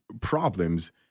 problems